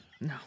No